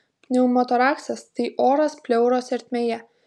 pneumotoraksas tai oras pleuros ertmėje